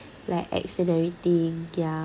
like exenorating yeah